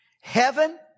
heaven